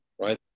right